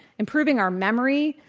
improving our memory,